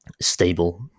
stable